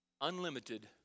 Unlimited